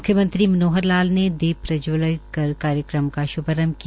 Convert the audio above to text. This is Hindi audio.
मुख्यमंत्री मनोहर लाल ने दीप प्रजवलित कर कार्यक्रम का शुभारंभ किया